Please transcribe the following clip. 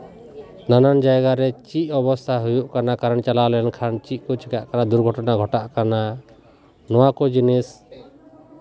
ᱱᱟᱱᱟᱱ ᱡᱟᱭᱜᱟ ᱨᱮ ᱪᱮᱫ ᱚᱵᱚᱥᱛᱷᱟ ᱦᱩᱭᱩᱜ ᱠᱟᱱᱟ ᱠᱟᱨᱮᱱᱴ ᱪᱟᱞᱟᱣ ᱞᱮᱱᱠᱷᱟᱱ ᱪᱮᱫ ᱠᱚ ᱪᱤᱠᱟᱹᱜ ᱠᱟᱱᱟ ᱫᱩᱨᱜᱷᱚᱴᱚᱱᱟ ᱜᱷᱚᱴᱟᱜ ᱠᱟᱱᱟ ᱱᱚᱣᱟ ᱠᱚ ᱡᱤᱱᱤᱥ